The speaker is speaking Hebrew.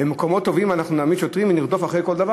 במקומות טובים אנחנו נעמיד שוטרים ונרדוף אחרי כל דבר?